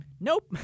nope